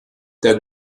der